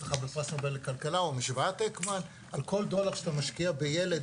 שזכה בפרס נובל לכלכלה על כל דולר שאתה משקיע בילד